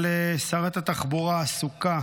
אבל שרת התחבורה עסוקה